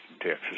Texas